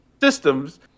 systems